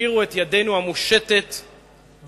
השאירו את ידנו המושטת באוויר.